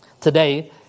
Today